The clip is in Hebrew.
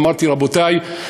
אמרתי: רבותי,